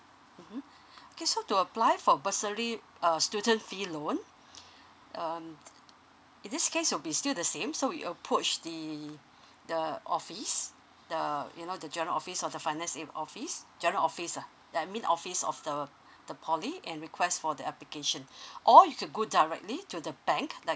mmhmm okay so to apply for bursary uh student fee loan um in this case will be still the same so we approach the the office the you know the general office or the finance aid office general office ah that mean office of the the poly and request for the application or you can go directly to the bank like